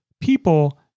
people